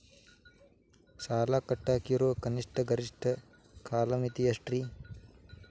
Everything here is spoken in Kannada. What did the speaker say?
ಸಾಲ ಕಟ್ಟಾಕ ಇರೋ ಕನಿಷ್ಟ, ಗರಿಷ್ಠ ಕಾಲಮಿತಿ ಎಷ್ಟ್ರಿ?